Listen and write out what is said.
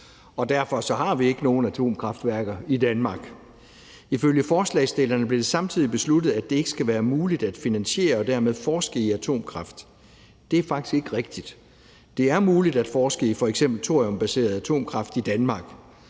og derfor har vi ikke nogen atomkraftværker i Danmark. Ifølge forslagsstillerne blev det samtidig besluttet, at det ikke skal være muligt at finansiere og dermed forske i atomkraft. Det er faktisk ikke rigtigt. Det er muligt at forske i f.eks. thoriumbaseret atomkraft i Danmark.